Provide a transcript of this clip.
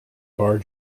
bar